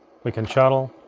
we can shuttle,